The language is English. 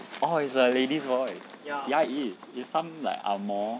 oh it's the lady's voice ya it is it's like some ang moh